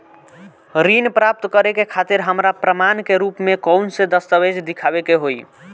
ऋण प्राप्त करे के खातिर हमरा प्रमाण के रूप में कउन से दस्तावेज़ दिखावे के होइ?